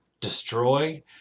destroy